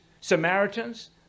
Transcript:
Samaritans